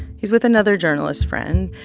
he's with another journalist friend,